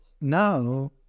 now